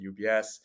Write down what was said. ubs